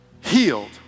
healed